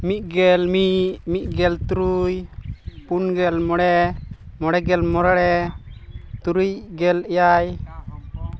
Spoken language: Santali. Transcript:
ᱢᱤᱫ ᱜᱮᱞ ᱢᱤᱫ ᱢᱤᱫ ᱜᱮᱞ ᱛᱩᱨᱩᱭ ᱯᱩᱱ ᱜᱮᱞ ᱢᱚᱬᱮ ᱢᱚᱬᱮ ᱜᱮᱞ ᱢᱚᱬᱮ ᱛᱩᱨᱩᱭ ᱜᱮᱞ ᱮᱭᱟᱭ